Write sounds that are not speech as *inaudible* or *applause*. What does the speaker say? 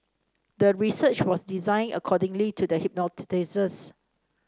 the research was designed accordingly to the *unintelligible*